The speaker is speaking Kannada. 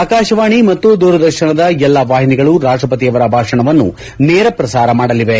ಆಕಾಶವಾಣಿ ಮತ್ತು ದೂರದರ್ಶನದ ಎಲ್ಲಾ ವಾಹಿನಿಗಳು ರಾಷ್ಟಪತಿಯವರ ಭಾಷಣವನ್ನು ನೇರಪ್ರಸಾರ ಮಾಡಲಿವೆ